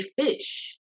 fish